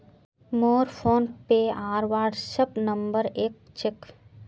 मोर फोनपे आर WhatsApp number एक क छेक